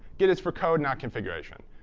git is for code, not configuration.